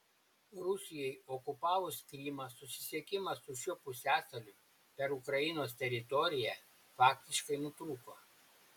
rusijai okupavus krymą susisiekimas su šiuo pusiasaliu per ukrainos teritoriją faktiškai nutrūko